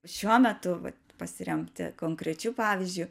šiuo metu pasiremti konkrečiu pavyzdžiu